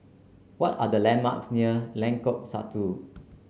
what are the landmarks near Lengkok Satu